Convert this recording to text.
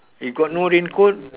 you got no raincoat